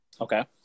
okay